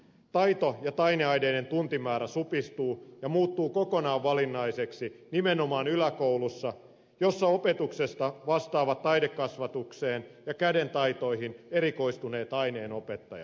taito ja taideaineiden tuntimäärä supistuu ja muuttuu kokonaan valinnaiseksi nimenomaan yläkoulussa jossa opetuksesta vastaavat taidekasvatukseen ja kädentaitoihin erikoistuneet aineenopettajat